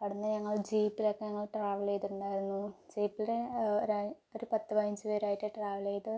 അവിടെ നിന്ന് ഞങ്ങൾ ജീപ്പിലൊക്കെ ഞങ്ങൾ ട്രാവൽ ചെയ്തിട്ടുണ്ടായിരുന്നു ജീപ്പിൽ ഒരു ഒരു പത്ത് പതിനഞ്ച് പേരായിട്ട് ട്രാവൽ ചെയ്തു